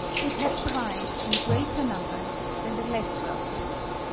would have survived in greater numbers than the less well-fitted.